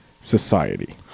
society